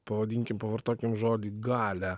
pavadinkim pavartokim žodį galią